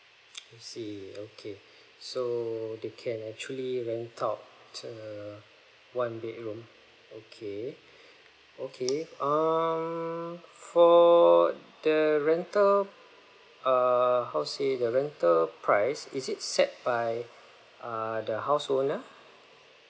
I see okay so they can actually rent out a one bedroom okay okay um for the rental err how to say the rental price is it set by err the house owner